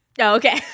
Okay